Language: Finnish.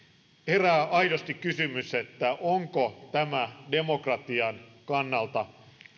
herää aidosti kysymys onko tämä demokratian kannalta